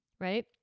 Right